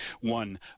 one